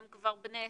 הם כבר בני 20,